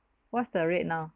what's the rate now